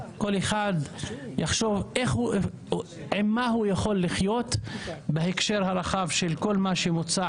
כל אחד יחשוב עם מה הוא יכול לחיות בהקשר הרחב של כל מה שמוצע